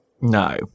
No